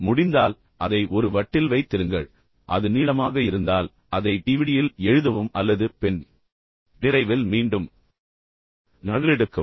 முடிந்தால் அதை ஒரு வட்டில் வைத்திருங்கள் அது நீளமாக இருந்தால் அதை டிவிடியில் எழுதவும் அல்லது பென் டிரைவில் மீண்டும் நகலெடுக்கவும்